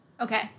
Okay